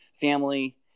family